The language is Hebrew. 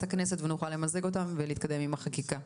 הכנסת ונוכל למזג אותן ולהתקדם עם החקיקה.